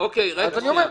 ראש הממשלה.